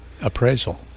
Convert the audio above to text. appraisal